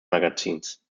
magazins